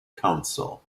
council